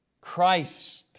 Christ